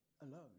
alone